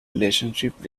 relationship